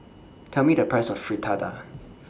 Tell Me The Price of Fritada